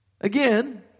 Again